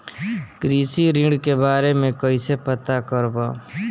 कृषि ऋण के बारे मे कइसे पता करब?